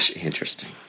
Interesting